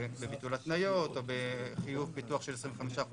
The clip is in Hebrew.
בביטול התניות או בחיוב פיתוח של 25%